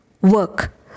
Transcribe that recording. work